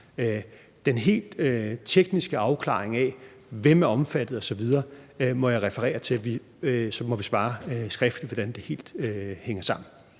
den helt tekniske afklaring af, hvem der er omfattet osv., må jeg henvise til, at vi må svare skriftligt på, hvordan det hænger sammen.